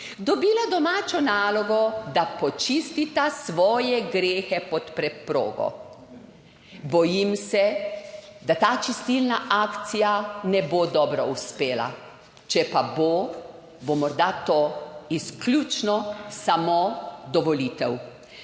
dobila domačo nalogo, da počistita svoje grehe pod preprogo. Bojim se, da ta čistilna akcija ne bo dobro uspela. Če pa bo, bo morda to izključno samo do volitev.